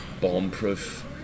bomb-proof